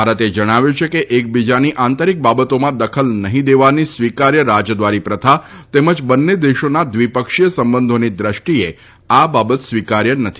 ભારતે જણાવ્યું છે કે એકબીજાની આંતરિક બાબતોમાં દખલ નહીં દેવાની સ્વીકાર્ય રાજદ્વારી પ્રથા તેમજ બંને દેશોના દ્વિપક્ષીય સંબંધોની દ્રષ્ટિએ આ બાબત સ્વીકાર્ય નથી